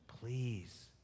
Please